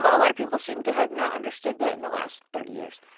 but a lot of people seem to have not understood that in the last thirty years.